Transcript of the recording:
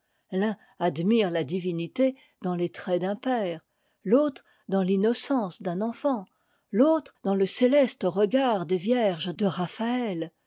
l'un admire la divinité dans les traits d'un père l'autre dans l'innocence d'un enfant l'autre dans le céleste regard des vierges de